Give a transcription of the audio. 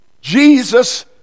Jesus